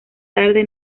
tarde